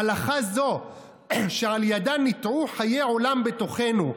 הלכה זו שעל ידה ניטעו חיי עולם בתוכנו,